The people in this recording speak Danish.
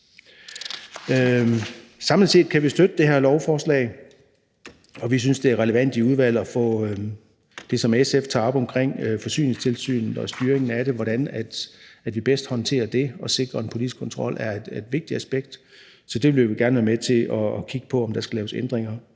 Samlet set kan vi støtte det her lovforslag, og vi synes, det er relevant i udvalget at få diskuteret det, som SF tager op omkring Forsyningstilsynet og styringen af det, altså hvordan vi bedst håndterer det og sikrer en politisk kontrol – det er et vigtigt aspekt. Så der vil vi gerne være med til at kigge på, om der skal laves ændringer